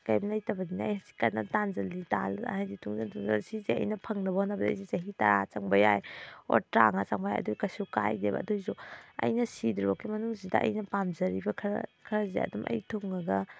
ꯀꯔꯤꯝ ꯂꯩꯇꯕꯒꯤꯅꯦ ꯑꯩ ꯍꯧꯖꯤꯛ ꯀꯟꯅ ꯍꯥꯏꯗꯤ ꯇꯨꯡꯖꯟ ꯇꯨꯡꯖꯟ ꯁꯤꯁꯦ ꯑꯩꯅ ꯐꯪꯅꯕ ꯍꯣꯠꯅꯕꯗ ꯑꯩꯁꯦ ꯆꯍꯤ ꯇꯔꯥ ꯆꯪꯕ ꯌꯥꯏ ꯑꯣꯔ ꯇꯔꯥ ꯃꯉꯥ ꯆꯪꯕ ꯌꯥꯏ ꯑꯗꯨ ꯀꯩꯁꯨ ꯀꯥꯏꯗꯦꯕ ꯑꯗꯨꯑꯣꯏꯁꯨ ꯑꯩꯅ ꯁꯤꯗ꯭ꯔꯤ ꯐꯥꯎꯒꯤ ꯃꯅꯨꯡꯁꯤꯗ ꯑꯩꯅ ꯄꯥꯝꯖꯔꯤꯕ ꯈꯔ ꯈꯔꯁꯤ ꯑꯗꯨꯝ ꯑꯩ ꯊꯨꯡꯉꯒ